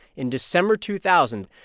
in december two thousand,